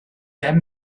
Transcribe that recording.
get